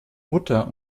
mutter